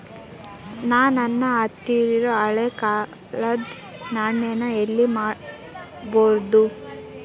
ನಾ ನನ್ನ ಹತ್ರಿರೊ ಹಳೆ ಕಾಲದ್ ನಾಣ್ಯ ನ ಎಲ್ಲಿ ಮಾರ್ಬೊದು?